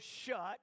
shut